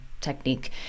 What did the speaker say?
technique